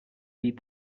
feed